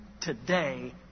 today